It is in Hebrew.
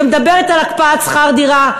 שמדברת על הקפאת שכר דירה,